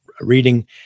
reading